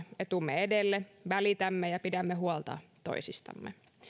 etumme edelle välitämme ja pidämme huolta toisistamme